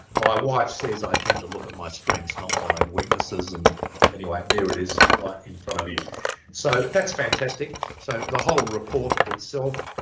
my wife says i tend to look at my strengths not my weaknesses and anyway there it is right like in front of you so but that's fantastic so the whole report itself